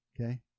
Okay